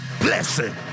blessing